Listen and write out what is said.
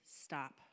stop